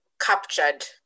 captured